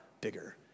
bigger